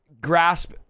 grasp